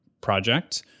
project